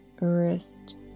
wrist